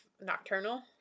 nocturnal